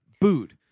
Booed